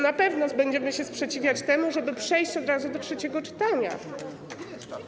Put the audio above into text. Na pewno będziemy się sprzeciwiać temu, żeby przejść od razu do trzeciego czytania.